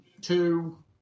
Two